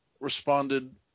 Responded